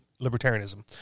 libertarianism